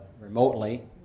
remotely